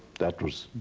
that was,